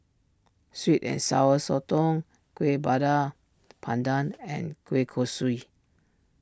Sweet and Sour Sotong Kueh Bakar Pandan and Kueh Kosui